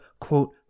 quote